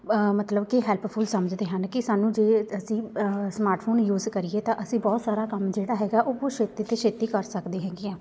ਮਤਲਬ ਕਿ ਹੈਲਪਫੁੱਲ ਸਮਝਦੇ ਹਨ ਕਿ ਸਾਨੂੰ ਜੇ ਅਸੀਂ ਸਮਾਰਟਫੋਨ ਯੂਜ਼ ਕਰੀਏ ਤਾਂ ਅਸੀਂ ਬਹੁਤ ਸਾਰਾ ਕੰਮ ਜਿਹੜਾ ਹੈਗਾ ਉਹ ਛੇਤੀ ਤੋਂ ਛੇਤੀ ਕਰ ਸਕਦੇ ਹੈਗੇ ਹਾਂ